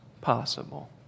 possible